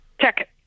check